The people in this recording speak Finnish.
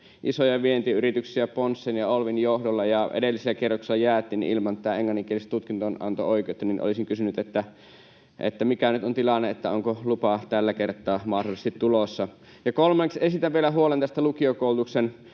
isoja vientiyrityksiä Ponssen ja Olvin johdolla, ja kun edellisellä kierroksella jäätiin ilman tätä englanninkielistä tutkinnonanto-oikeutta, niin olisin kysynyt, mikä nyt on tilanne. Onko lupa tällä kertaa mahdollisesti tulossa? Ja kolmanneksi esitän vielä huolen lukiokoulutuksen